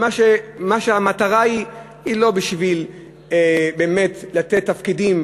כשהמטרה היא לא בשביל באמת לתת תפקידים